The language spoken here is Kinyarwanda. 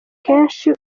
kenshi